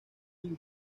lange